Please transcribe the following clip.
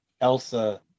elsa